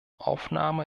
aufnahme